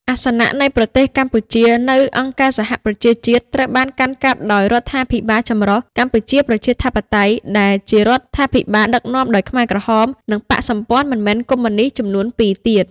អាសនៈនៃប្រទេសកម្ពុជានៅអង្គការសហប្រជាជាតិត្រូវបានកាន់កាប់ដោយរដ្ឋាភិបាលចម្រុះកម្ពុជាប្រជាធិបតេយ្យដែលជារដ្ឋាភិបាលដឹកនាំដោយខ្មែរក្រហម និងបក្សសម្ព័ន្ធមិនមែនកុម្មុយនិស្តចំនួនពីរទៀត ។